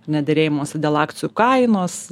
ne derėjimosi dėl akcijų kainos